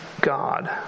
God